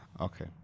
Okay